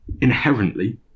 inherently